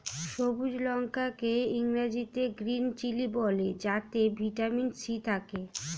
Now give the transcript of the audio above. সবুজ লঙ্কা কে ইংরেজিতে গ্রীন চিলি বলে যাতে ভিটামিন সি থাকে